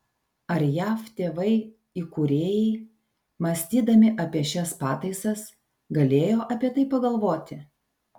ar jav tėvai įkūrėjai mąstydami apie šias pataisas galėjo apie tai pagalvoti